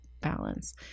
balance